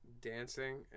dancing